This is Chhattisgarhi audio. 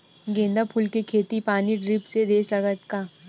गेंदा फूल के खेती पानी ड्रिप से दे सकथ का?